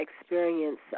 Experience